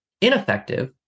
ineffective